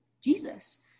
Jesus